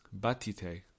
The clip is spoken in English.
Batite